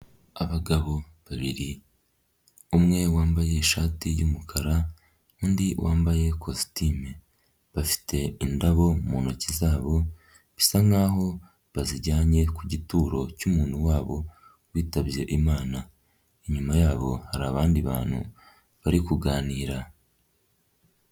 Abagabo babiri. Umwe wambaye ishati y'umukara, undi wambaye kositime. Bafite indabo mu ntoki zabo, bisa nkaho bazijyanye ku gituro cy'umuntu wabo witabye imana. Inyuma yabo hari abandi bantu bari kuganira.